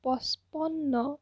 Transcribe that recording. পচপন্ন